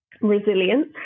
resilience